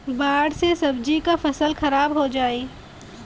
बाढ़ से सब्जी क फसल खराब हो जाई